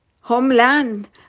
homeland